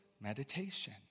Meditation